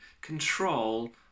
control